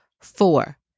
Four